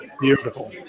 Beautiful